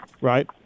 right